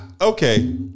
okay